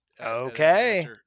Okay